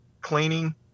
cleaning